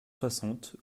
soixante